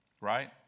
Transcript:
right